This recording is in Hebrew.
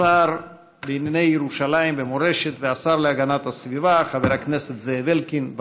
השר לענייני ירושלים ומורשת והשר להגנת הסביבה חבר הכנסת זאב אלקין.